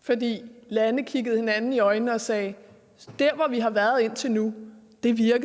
fordi landene kiggede hinanden i øjnene og sagde: Det virker vist ikke med det, vi har